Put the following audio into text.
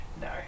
No